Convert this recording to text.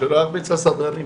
שלא ירביץ לסדרנים.